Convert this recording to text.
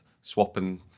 swapping